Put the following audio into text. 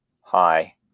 hi